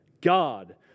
God